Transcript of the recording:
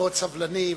מאוד סבלני,